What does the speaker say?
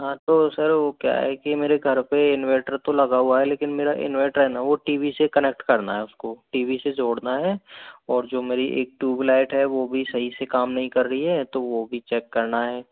हाँ तो सर वो क्या है कि मेरे घर पे इनवेर्टर तो लगा हुआ है लेकिन मेरा इनवेर्टर है ना वो टी वी से कनेक्ट करना है उसको टी वी से जोड़ना है और जो मेरी एक ट्यूबलाइट है वो भी सही से काम नहीं कर रही है तो वो भी चेक करना है